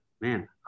man